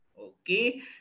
Okay